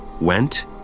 went